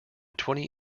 twenty